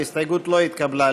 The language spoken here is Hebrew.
ההסתייגות לא התקבלה.